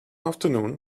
afternoon